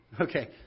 Okay